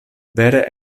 vere